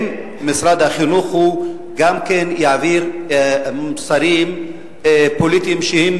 האם משרד החינוך גם יעביר מסרים פוליטיים שהם